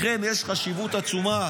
לכן יש חשיבות עצומה.